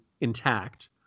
intact